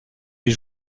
les